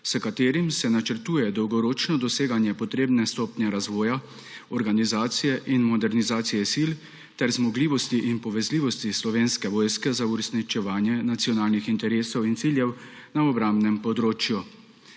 s katerim se načrtuje dolgoročno doseganje potrebne stopnje razvoja organizacije in modernizacije sil ter zmogljivosti in povezljivosti Slovenske vojske za uresničevanje nacionalnih interesov in ciljev na obrambnem področju.